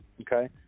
Okay